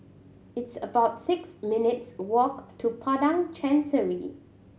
it's about six minutes' walk to Padang Chancery